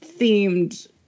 themed